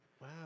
Wow